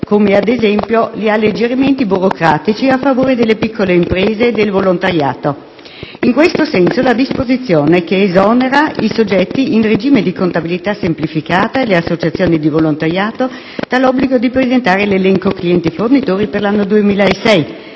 come, ad esempio, gli alleggerimenti burocratici a favore delle piccole imprese e del volontariato. Inquesto senso vanno la disposizione che esonera i soggetti in regime di contabilità semplificata e le associazioni di volontariato dall'obbligo di presentare l'elenco clienti-fornitori per l'anno 2006